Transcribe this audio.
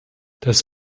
das